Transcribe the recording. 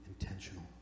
intentional